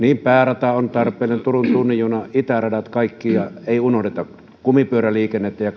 päärata on tarpeellinen turun tunnin juna itäradat ja kaikki eikä unohdeta kumipyöräliikennettä ja